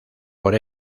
por